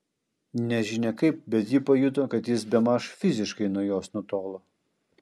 nežinia kaip bet ji pajuto kad jis bemaž fiziškai nuo jos nutolo